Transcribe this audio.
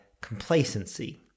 complacency